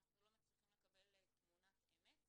אנחנו לא מצליחים לקבל תמונת אמת.